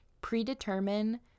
predetermine